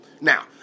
Now